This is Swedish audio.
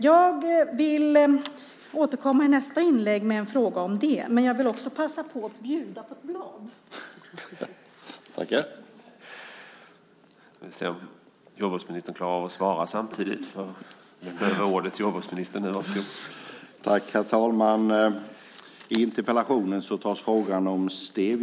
Jag vill återkomma i nästa inlägg med en fråga om det, men jag vill också passa på att bjuda ministern på ett steviablad.